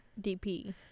DP